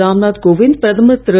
ராம்நாத் கோவிந்த் பிரதமர் திரு